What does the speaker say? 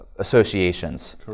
associations